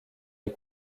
les